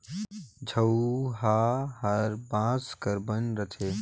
झउहा हर बांस कर बइन रहथे